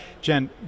Jen